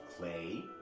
Clay